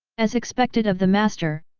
as expected of the master,